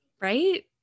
Right